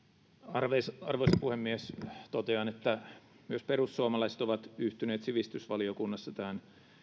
puhemies arvoisa puhemies totean että myös perussuomalaiset ovat yhtyneet sivistysvaliokunnassa tähän